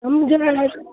ہم جو ہے